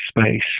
space